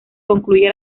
concluye